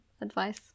advice